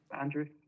andrew